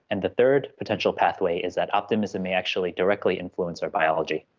and the third potential pathway is that optimism may actually directly influence our biology.